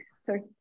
sorry